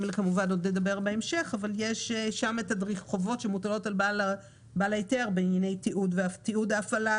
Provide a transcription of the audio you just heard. יש חובות שמוטלות על בעל ההיתר בענייני תיעוד ההפעלה,